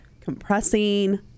compressing